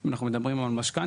אם אנחנו מדברים על משכנתא,